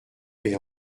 est